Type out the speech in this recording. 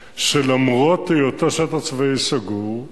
שלמרות היותו שטח צבאי סגור,